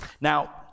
Now